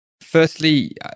firstly